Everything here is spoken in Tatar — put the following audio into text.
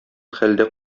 хәлдә